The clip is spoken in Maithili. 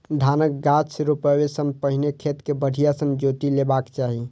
धानक गाछ रोपै सं पहिने खेत कें बढ़िया सं जोति लेबाक चाही